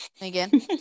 again